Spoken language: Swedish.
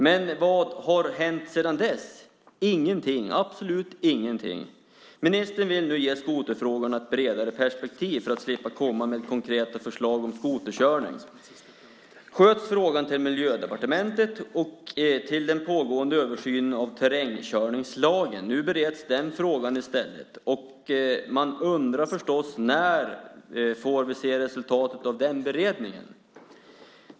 Men vad har hänt sedan dess? Ingenting, absolut ingenting. Ministern vill nu ge skoterfrågan ett bredare perspektiv. För att man skulle slippa komma med konkreta förslag om skoterkörning sköts frågan till Miljödepartementet och till den pågående översynen av terrängkörningslagen. Nu bereds den frågan i stället. Man undrar förstås: När får vi se resultatet av den beredningen?